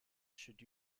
should